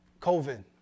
COVID